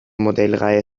modellreihe